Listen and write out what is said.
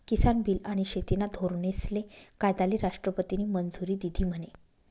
किसान बील आनी शेतीना धोरनेस्ले कायदाले राष्ट्रपतीनी मंजुरी दिधी म्हने?